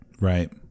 Right